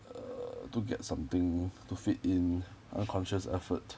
err to get something to fit in a conscious effort